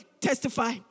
testify